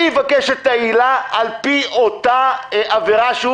אני אבקש את העילה על פי אותה עבירה שהוא